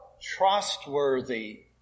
trustworthy